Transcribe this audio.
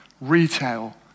retail